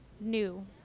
new